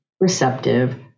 receptive